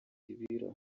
ibiro